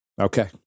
Okay